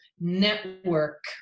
network